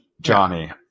Johnny